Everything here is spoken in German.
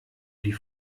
die